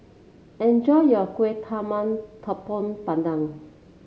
enjoy your Kuih Talam Tepong Pandan